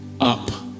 up